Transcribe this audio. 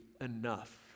enough